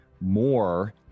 more